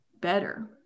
better